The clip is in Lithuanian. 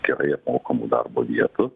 gerai apmokamų darbo vietų